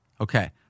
Okay